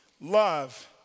Love